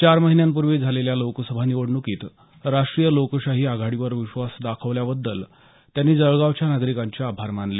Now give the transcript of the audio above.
चार महिन्यांपूर्वी झालेल्या लोकसभा निवडणुकीत राष्ट्रीय लोकशाही आघाडीवर विश्वास दाखवल्याबद्दल त्यांनी जळगावच्या नागरिकांचे आभार मानले